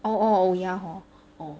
oh oh oh ya hor oh